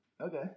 okay